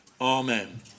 Amen